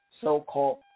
so-called